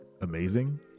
amazing